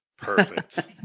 Perfect